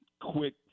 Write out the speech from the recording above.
quick